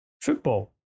football